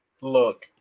Look